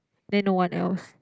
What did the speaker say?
then no one else